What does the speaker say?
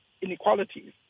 inequalities